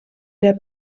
der